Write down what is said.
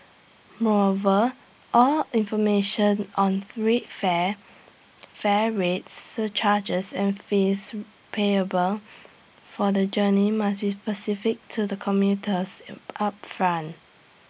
moreover all information on free fare fare rates surcharges and fees payable for the journey must be specified to the commuters upfront